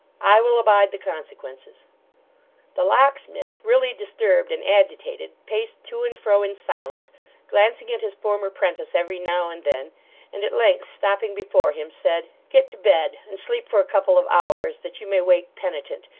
i will abide the consequences the locksmith, really disturbed and agitated, paced to and fro in silence glancing at his former prentice every now and then and at length stopping before him, said get to bed, and sleep for a couple of hours that you may wake penitent,